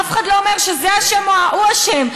אף אחד לא אומר שזה אשם או ההוא אשם.